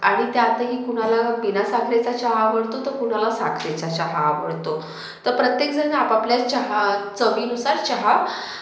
आणि त्यातही कुणाला बिनासाखरेचा चहा आवडतो तर कुणाला साखरेचा चहा आवडतो तर प्रत्येकजण आपआपल्या चहा चवीनुसार चहा